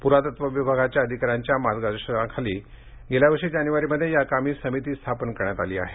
पुरातत्व विभागाच्या अधिकाऱ्यांच्या मार्गदर्शनाखाली गेल्या वर्षी जानेवारीमध्ये याकामी समिती स्थापन करण्यात आली आहे